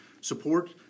support